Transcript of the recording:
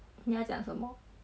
你有讲什么